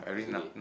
it's okay